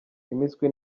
impiswi